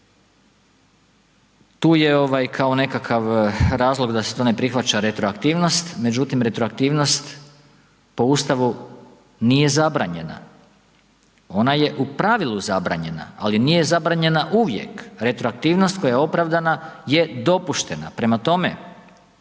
tu je kao nekakav razlog da se to ne prihvaća retroaktivnost, međutim, retroaktivnost po Ustavu nije zabranjena, ona je u pravilu zabranjena, ali nije zabranjena uvijek, retroaktivnost koja je opravdana je dopuštena. Prema tome,